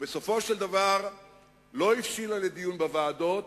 ובסופו של דבר לא הבשילה לכדי דיון בוועדות,